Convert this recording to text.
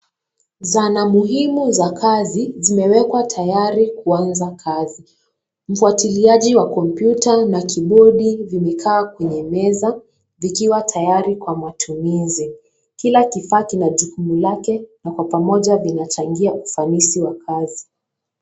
Zana muhimu za kazi zimewekwa tayari kuanza kazi. Mfuatiliaji wa kompyuta na kibodi vimekaa kwenye meza vikiwa tayari kwa matumizi. Kila kifaa kina jukumu lake pamoja vinachangia ufanisi wa kazi.